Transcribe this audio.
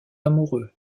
amoureux